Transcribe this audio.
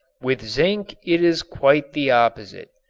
with zinc it is quite the opposite.